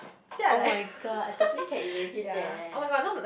[oh]-my-god I totally can imagine that eh